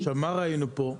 עכשיו מה ראינו פה?